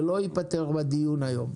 זה לא ייפתר בדיון היום.